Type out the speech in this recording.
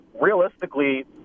realistically